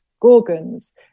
Gorgons